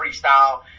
freestyle